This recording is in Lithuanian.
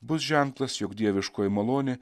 bus ženklas jog dieviškoji malonė